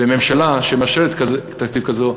וממשלה שמאשרת תקציב כזה,